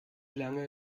lange